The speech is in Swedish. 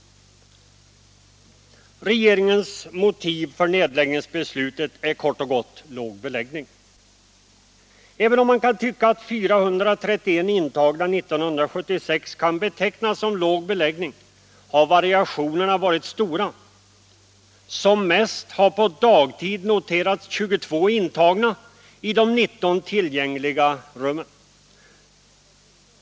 Regeringens motiv för nedläggningsbeslutet är kort och gott låg beläggning. Även om man tycker att 431 intagna 1976 kan betecknas som 133 vården låg beläggning har variationerna varit stora. Som mest har på dagtid noterats 22 intagna i de 19 tillgängliga rummen.